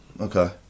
Okay